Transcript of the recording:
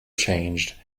changed